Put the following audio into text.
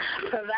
provide